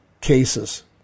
cases